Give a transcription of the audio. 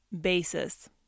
basis